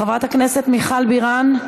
חברת הכנסת מיכל בירן,